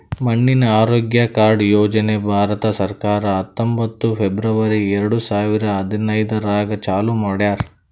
ಮಣ್ಣಿನ ಆರೋಗ್ಯ ಕಾರ್ಡ್ ಯೋಜನೆ ಭಾರತ ಸರ್ಕಾರ ಹತ್ತೊಂಬತ್ತು ಫೆಬ್ರವರಿ ಎರಡು ಸಾವಿರ ಹದಿನೈದರಾಗ್ ಚಾಲೂ ಮಾಡ್ಯಾರ್